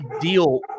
deal